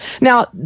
Now